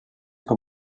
com